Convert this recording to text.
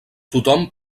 tothom